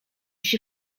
się